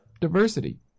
Diversity